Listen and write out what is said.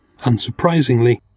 Unsurprisingly